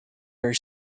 are